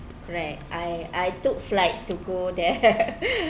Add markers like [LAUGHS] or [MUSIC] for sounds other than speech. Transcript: correct I I took flight to go there [LAUGHS]